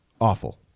awful